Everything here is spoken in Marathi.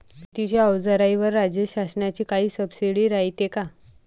शेतीच्या अवजाराईवर राज्य शासनाची काई सबसीडी रायते का?